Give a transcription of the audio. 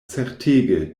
certege